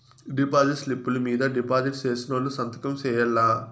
deposit స్లిప్పులు మీద deposit సేసినోళ్లు సంతకం సేయాల్ల